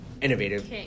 Innovative